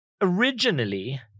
originally